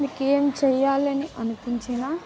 మీకు ఏం చేయాలని అనిపించినా